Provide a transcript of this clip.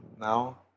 now